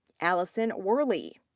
allison wehrli.